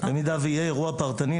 אם יהיה אירוע פרטני,